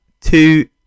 two